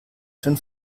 schön